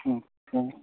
अच्छा